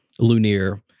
Lunir